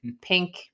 pink